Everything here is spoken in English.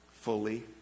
Fully